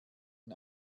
den